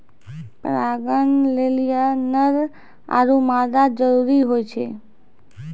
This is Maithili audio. परागण लेलि नर आरु मादा जरूरी होय छै